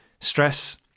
Stress